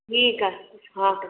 ठीक आ हा